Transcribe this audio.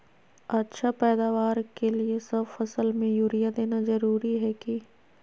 अच्छा पैदावार के लिए सब फसल में यूरिया देना जरुरी है की?